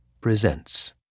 presents